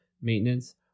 maintenance